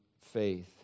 faith